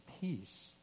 peace